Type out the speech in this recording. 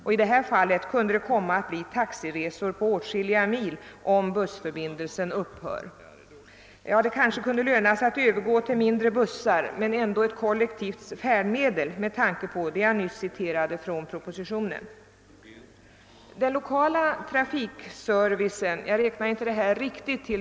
I det här fallet kunde det komma att bli taxiresor på åtskilliga mil, om bussförbindelsen upphör. Det kanske kunde löna sig att övergå till mindre bussar men ändå behålla ett kollektivt färdmedel.